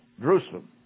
Jerusalem